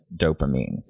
dopamine